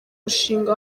mushinga